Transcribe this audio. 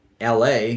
LA